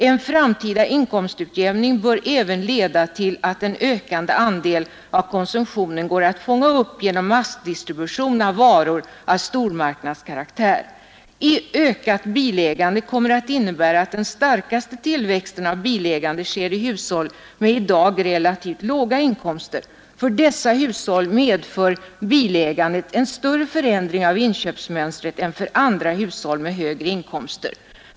En framtida inkomstutjämning bör även leda till att en ökande andel av konsumtionen går att fånga upp genom massdistribution av varor av stormarknadskaraktär. Ökat bilägande kommer att innebära att den starkaste tillväxten av bilägande sker i hushåll med idag relativt låga inkomster. För dessa hushåll medför bilägandet en större förändring av inköpsmönstret än för andra hushåll med högre inkomster.